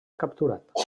capturat